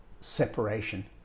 separation